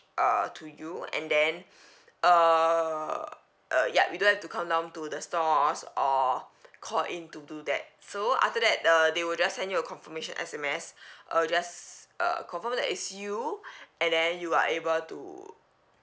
uh to you and then err uh ya you don't have to come down to the store or us or call in to do that so after that the they will just send you a confirmation S_M_S uh just uh confirm that is you and then you are able to